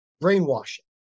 brainwashing